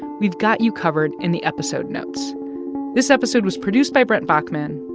we've got you covered in the episode notes this episode was produced by brent baughman,